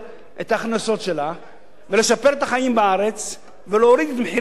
ולשפר את החיים בארץ ולהוריד את מחירי הדירות בארץ לצעירים.